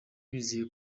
bizeye